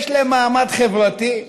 יש להם מעמד חברתי,